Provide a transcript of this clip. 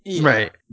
Right